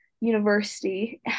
university